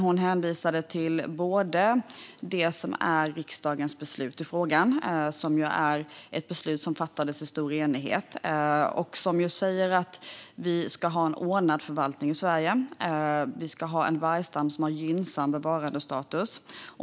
Hon hänvisade till riksdagens beslut i frågan, ett beslut som fattades i stor enighet och säger att vi ska ha en ordnad förvaltning i Sverige. Vi ska ha en vargstam som har en gynnsam bevarandestatus.